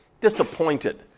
Disappointed